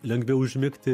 lengviau užmigti